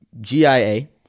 G-I-A